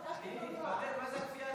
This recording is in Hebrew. הרגשתי לא נוח.